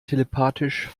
telepathisch